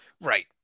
right